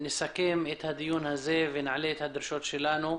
נסכם את הדיון הזה ונעלה את הדרישות שלנו.